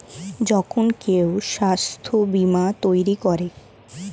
যখন কেউ স্বাস্থ্য বীমা তৈরী করে